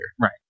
Right